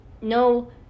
No